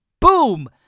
Boom